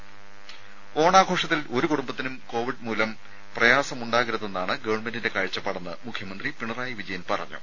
രുമ ഓണാഘോഷത്തിൽ ഒരു കുടുംബത്തിനും കോവിഡ് മൂലം പ്രയാസമുണ്ടാകരുതെന്നാണ് ഗവൺമെന്റിന്റെ കാഴ്ചപ്പാടെന്ന് മുഖ്യമന്ത്രി പിണറായി വിജയൻ പറഞ്ഞു